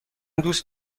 دوست